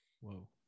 Whoa